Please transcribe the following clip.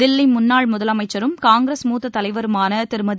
தில்லி முன்னாள் முதலமைச்சரும் காங்கிரஸ் மூத்த தலைவருமான திருமதி